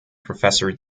professor